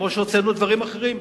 כמו שהוצאנו דברים אחרים.